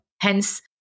hence